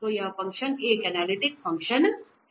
तो यह फ़ंक्शन एक एनालिटिक फ़ंक्शन है